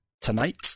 tonight